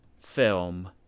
film